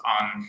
on